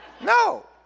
No